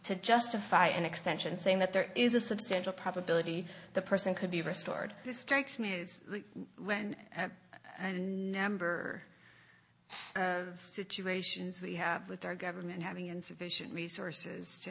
to justify an extension saying that there is a substantial probability the person could be restored this strikes me when and number of situations we have with our government having insufficient resources to